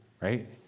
right